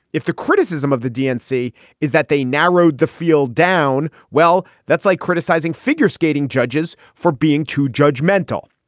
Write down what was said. if the criticism of the dnc is that they narrowed the field down, well, that's like criticizing figure skating judges for being too judgmental.